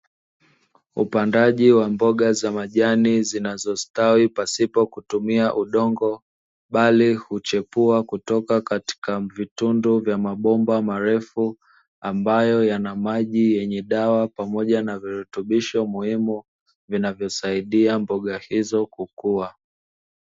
Upandaji wa mboga za majani zinazostawi pasipo kutumia udongo, bali huchepua kutoka katika vitundu vya mabomba marefu, ambayo yana maji yenye dawa pamoja na virutubisho muhimu, vinavyosaidia mboga hizo kukua.